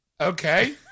Okay